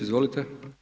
Izvolite.